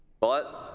but,